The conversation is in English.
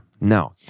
Now